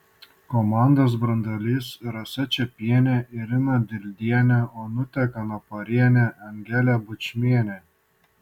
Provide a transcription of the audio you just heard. komandos branduolys rasa čepienė irina dildienė onutė kanaporienė angelė bučmienė